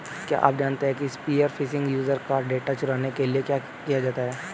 क्या आप जानते है स्पीयर फिशिंग यूजर का डेटा चुराने के लिए किया जाता है?